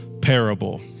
parable